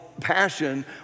passion